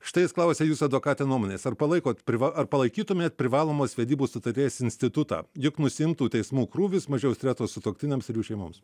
štai jis klausia jūsų advokate nuomonės ar palaikot priva ar palaikytumėt privalomos vedybų sutarties institutą juk nusiimtų teismų krūvis mažiau streso sutuoktiniams ir jų šeimoms